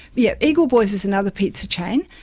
yeah eagle boys is another pizza chain,